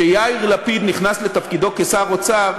כשיאיר לפיד נכנס לתפקידו כשר האוצר